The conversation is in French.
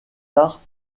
arts